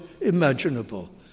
imaginable